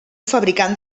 fabricant